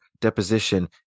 deposition